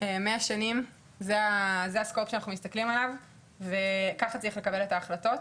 מאה שנים זה הטווח שאנחנו מסתכלים עליו וככה צריך לקבל את ההחלטות.